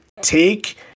take